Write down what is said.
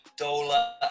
Dola